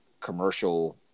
commercial